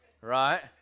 right